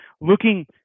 looking